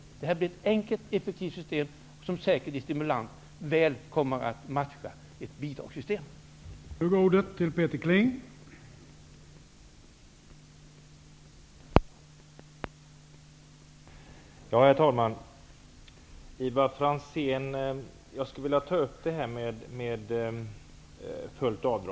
Systemet blir enkelt och effektivt och kommer säkerligen att ha en stimulanseffekt som mycket väl matchar den som ett bidragssystem kan ge.